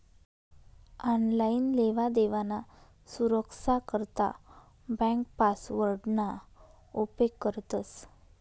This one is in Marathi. आनलाईन लेवादेवाना सुरक्सा करता ब्यांक पासवर्डना उपेग करतंस